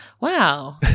Wow